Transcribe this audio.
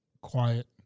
quiet